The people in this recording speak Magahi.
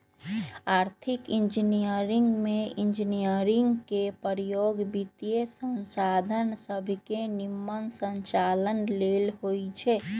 आर्थिक इंजीनियरिंग में इंजीनियरिंग के प्रयोग वित्तीयसंसाधन सभके के निम्मन संचालन लेल होइ छै